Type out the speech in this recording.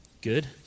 good